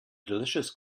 delicious